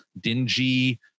dingy